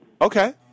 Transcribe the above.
Okay